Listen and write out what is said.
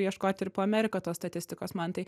ieškoti ir po ameriką tos statistikos mantai